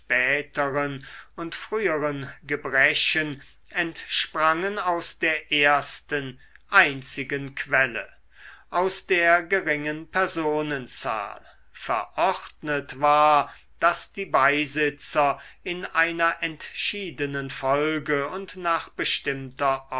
späteren und früheren gebrechen entsprangen aus der ersten einzigen quelle aus der geringen personenzahl verordnet war daß die beisitzer in einer entschiedenen folge und nach bestimmter